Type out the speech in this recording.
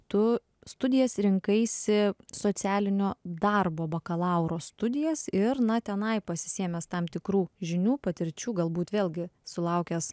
tu studijas rinkaisi socialinio darbo bakalauro studijas ir na tenai pasisėmęs tam tikrų žinių patirčių galbūt vėlgi sulaukęs